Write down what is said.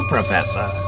Professor